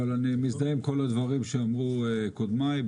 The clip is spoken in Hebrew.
אבל אני מזדהה עם כל הדברים שאמרו קודמיי,